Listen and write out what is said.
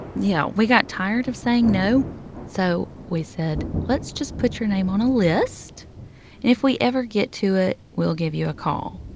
you know, we got tired of saying no so we said, let's just put your name on a list, and if we ever get to it, we'll give you a call.